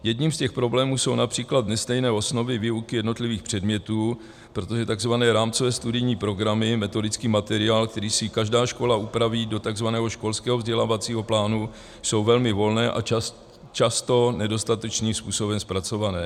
Jedním z těch problémů jsou například nestejné osnovy výuky jednotlivých předmětů, protože takzvané rámcové studijní programy, metodický materiál, který si každá škola upraví do takzvaného školského vzdělávacího plánu, jsou velmi volné a často nedostatečným způsobem zpracované.